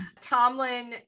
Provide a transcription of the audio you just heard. Tomlin